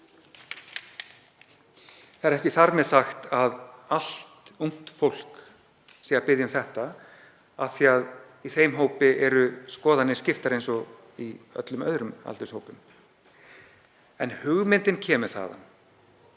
Það er ekki þar með sagt að allt ungt fólk sé að biðja um þetta af því að í þeim hópi eru skoðanir skiptar eins og í öllum öðrum aldurshópum, en hugmyndin kemur þaðan